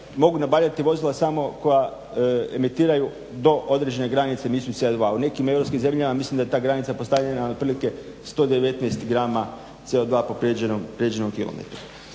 mogu nabavljati vozila samo koja emitiraju do određene granice misiju CO2. U nekim europskim zemljama mislim da je ta granica postavljena na otprilike 119 grama CO2 po prijeđenom kilometru.